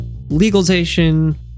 legalization